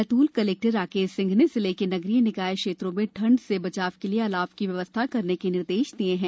Betul collector Rakesh Singh ने जिले के नगरीय निकाय क्षेत्रों में ठंड से बचाव के लिए अलाव की व्यवस्था करने के निर्देश दिए हैं